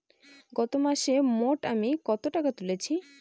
গত মাসে মোট আমি কত টাকা তুলেছি?